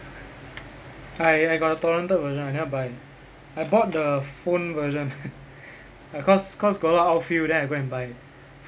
I I got the torrent-ed version I cannot buy I bought the phone version cause cause got a lot of outfield then I go and buy